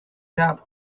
that